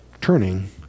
turning